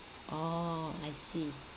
oh I see